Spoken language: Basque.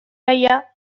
gaia